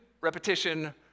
repetition